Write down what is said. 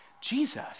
Jesus